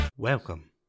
Welcome